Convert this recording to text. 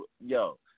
Yo